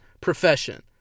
profession